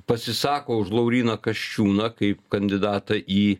pasisako už lauryną kasčiūną kaip kandidatą į